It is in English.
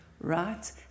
right